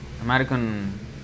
American